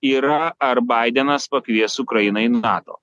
yra ar baidenas pakvies ukrainą į nato